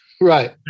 Right